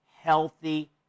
healthy